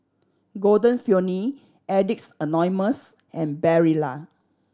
Golden Peony Addicts Anonymous and Barilla